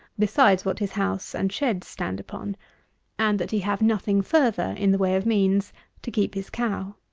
besides what his house and sheds stand upon and that he have nothing further in the way of means to keep his cow.